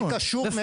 זה קשור מאוד.